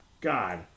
god